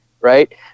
right